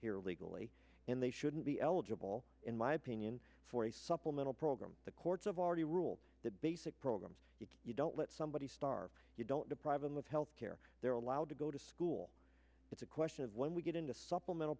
here legally and they shouldn't be eligible in my opinion for a supplemental program the courts of already rule the basic programs if you don't let somebody star you don't deprive them of health care they're allowed to go to school it's a question of when we get into supplemental